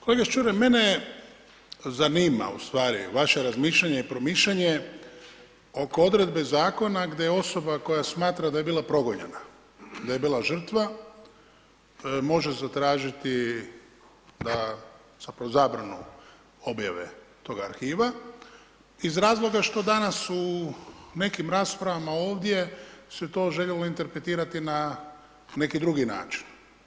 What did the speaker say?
Kolega Čuraj mene zanima ustvari vaše razmišljanje i promišljanje oko odredbe zakona gdje osoba koja smatra da je bila progonjena, da je bila žrtva može zatražiti da zapravo zabranu objave toga arhiva iz razloga što danas u nekim raspravama ovdje se to željelo interpretirati na neki drugi način.